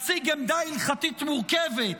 מציג עמדה הלכתית מורכבת,